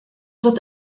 wird